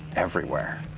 everywhere,